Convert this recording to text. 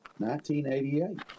1988